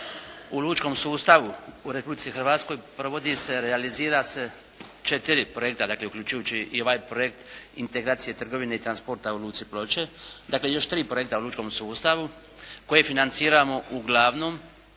u lučkom sustavu u Republici Hrvatskoj provodi se, realizira se četiri projekt, dakle, uključujući i ovaj projekt integracije trgovine i transporta u luci Ploče, dakle, još tri projekta u lučkom sustavu koje financiramo uglavnom,